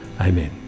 Amen